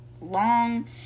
long